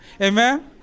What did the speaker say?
Amen